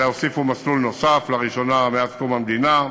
והוסיפו מסלול נוסף, לראשונה מאז קום המדינה,